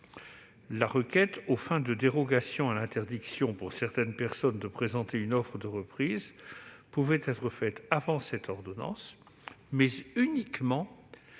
La requête aux fins de dérogation à l'interdiction pour certaines personnes de présenter une offre de reprise pouvait être faite avant cette ordonnance, mais uniquement